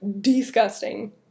disgusting